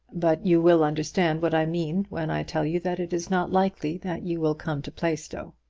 but you will understand what i mean when i tell you that it is not likely that you will come to plaistow.